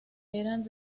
eran